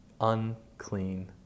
unclean